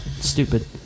Stupid